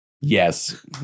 Yes